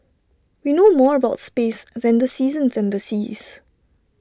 we know more about space than the seasons and seas